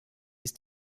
ist